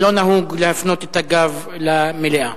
לא נהוג להפנות את הגב למליאה.